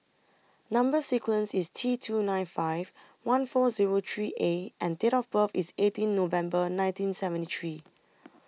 Number sequence IS T two nine five one four Zero three A and Date of birth IS eighteen November nineteen seventy three